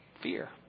fear